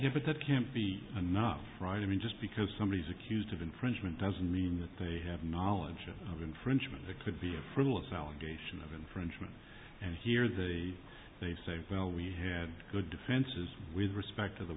that can't be enough right i mean just because somebody is accused of infringement doesn't mean that they have knowledge of infringement the could be approvals allegation of infringement and here the they say well we had good defenses with respect to the